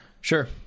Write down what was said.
Sure